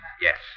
yes